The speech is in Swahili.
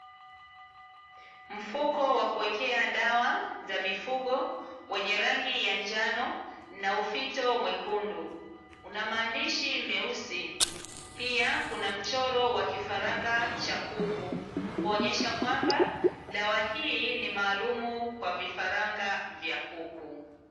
Mfuko wa kuwekea dawa za mifugo wenye rangi ya njano na ufito mwekundu, una maandishi meusi pia kuna mchoro wa kifaranga cha kuku kuonesha kwamba, dawa hii ni maalumu kwa vifaranga vya kuku.